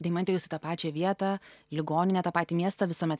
deimante jūs į tą pačią vietą ligoninę tą patį miestą visuomet